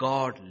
God